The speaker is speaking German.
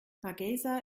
hargeysa